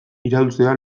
iraulzea